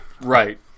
Right